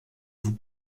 vous